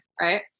right